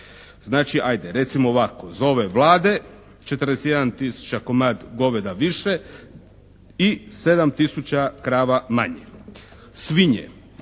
Znači ajde, recimo ovako. Iz ove Vlade 41 tisuća komad goveda više i 7 tisuća krava manje. Svinje.